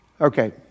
Okay